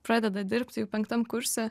pradeda dirbti jau penktam kurse